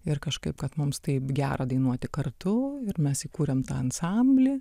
ir kažkaip kad mums taip gera dainuoti kartu ir mes įkūrėm tą ansamblį